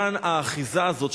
ומכאן האחיזה הזאת,